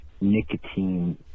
nicotine